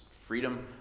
freedom